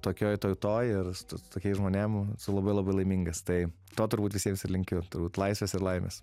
tokioj tautoj ir su tokiais žmonėm esu labai labai laimingas tai to turbūt visiems ir linkiu turbūt laisvės ir laimės